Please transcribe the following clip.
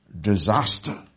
disaster